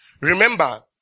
Remember